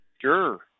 Sure